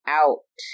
out